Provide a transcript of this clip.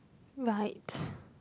right